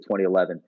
2011